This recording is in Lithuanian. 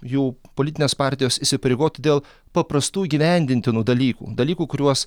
jų politinės partijos įsipareigotų dėl paprastų įgyvendintinų dalykų dalykų kuriuos